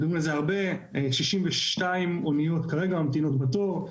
62 אוניות כרגע ממתינות בתור,